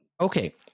Okay